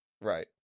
right